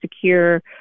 secure